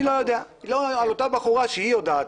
אני לא יודע לגבי אותה בחורה שהוא יודעת.